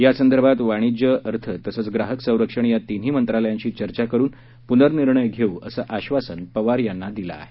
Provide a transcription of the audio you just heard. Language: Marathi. यासंदर्भात वाणिज्य अर्थ तसंच ग्राहक संरक्षण या तीन्ही मंत्रालयांशी चर्चा करुन पुर्ननिर्णय घेऊ असं आश्वासन पवार यांना दिलं आहे